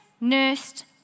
nursed